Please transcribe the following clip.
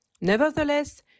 Nevertheless